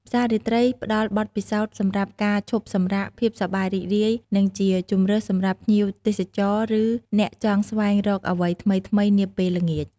ផ្សាររាត្រីផ្ដល់បទពិសោធន៍សម្រាប់ការឈប់សម្រាក ភាពសប្បាយរីករាយ និងជាជម្រើសសម្រាប់ភ្ញៀវទេសចរ ឬអ្នកចង់ស្វែងរកអ្វីថ្មីៗនាពេលល្ងាច។